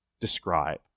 describe